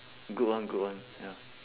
good one good one ya